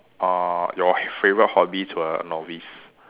uh your h~ favorite hobby to a novice